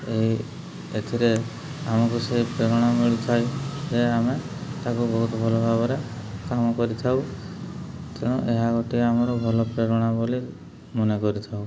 ଏଇ ଏଥିରେ ଆମକୁ ସେ ପ୍ରେରଣା ମିଳିଥାଏ ଯେ ଆମେ ତା'କୁ ବହୁତ ଭଲ ଭାବରେ କାମ କରିଥାଉ ତେଣୁ ଏହା ଗୋଟିଏ ଆମର ଭଲ ପ୍ରେରଣା ବୋଲି ମନେ କରିଥାଉ